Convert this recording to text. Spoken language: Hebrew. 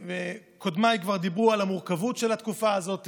וקודמיי כבר דיברו על המורכבות של תקופה זו.